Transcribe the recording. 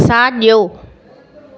साॻियो